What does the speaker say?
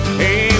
hey